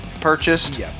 purchased